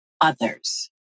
others